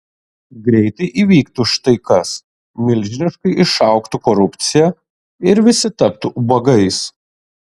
greitai įvyktų štai kas milžiniškai išaugtų korupcija ir visi taptų ubagais